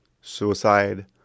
suicide